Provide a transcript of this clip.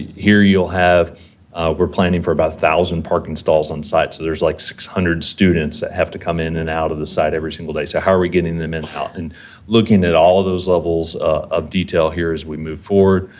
here, you'll have we're planning for about one thousand parking stalls on site, so, there's, like six hundred students that have to come in and out of the site every single day, so, how are we getting them in and out? and looking at all of those levels of detail here as we move forward.